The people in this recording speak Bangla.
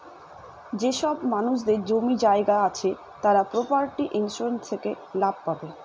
যেসব মানুষদের জমি জায়গা আছে তারা প্রপার্টি ইন্সুরেন্স থেকে লাভ পাবে